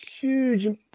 huge